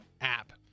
app